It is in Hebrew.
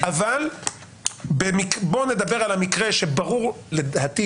אבל בוא נדבר על המקרה שבעיניי הוא ברור לכולנו